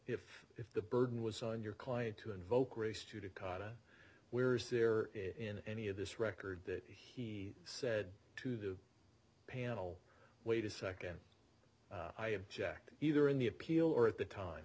if if the burden was on your client to invoke race to to kata where is there in any of this record that he said to the panel wait a second i object either in the appeal or at the time